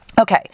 Okay